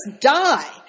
die